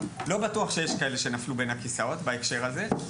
לא בטוח שיש כאלה שנפלו בין הכיסאות בהקשר הזה,